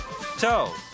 Toe